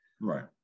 Right